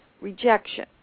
rejection